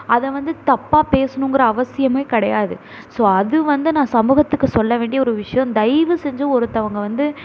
அதை வந்து தப்பாக பேசுணும்ங்கிற அவசியமுமே கிடையாது ஸோ அது வந்து நான் சமூகத்துக்கு சொல்ல வேண்டிய ஒரு விஷயம் தயவுசெஞ்சு ஒருத்தங்க வந்து